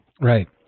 Right